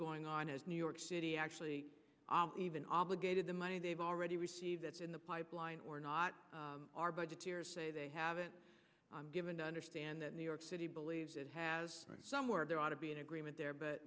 going on as new york city actually even obligated the money they've already received that's in the pipeline or not our budgetary say they haven't given to understand that new york city believes it has somewhere there ought to be an agreement there but